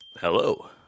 Hello